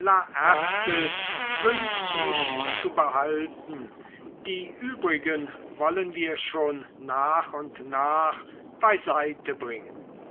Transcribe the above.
wünscht ich zu behalten die übrigen wollen wir schon nach und nach